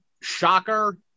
Shocker